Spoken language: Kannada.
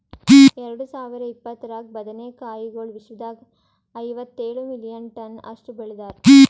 ಎರಡು ಸಾವಿರ ಇಪ್ಪತ್ತರಾಗ ಬದನೆ ಕಾಯಿಗೊಳ್ ವಿಶ್ವದಾಗ್ ಐವತ್ತೇಳು ಮಿಲಿಯನ್ ಟನ್ಸ್ ಅಷ್ಟು ಬೆಳದಾರ್